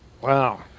Wow